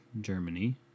Germany